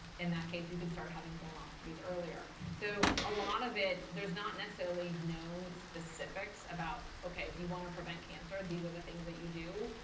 in that case, you could start having colonoscopies earlier. so a lot of it, there's not necessarily known specifics about ok, if you want to prevent cancer, these are the things that you do.